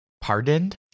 pardoned